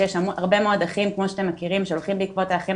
שיש הרבה מאוד אחים כמו שאתם מכירים שהולכים בעקבות האחים